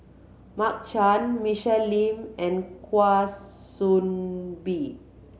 Mark Chan Michelle Lim and Kwa Soon Bee